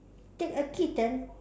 take a kitten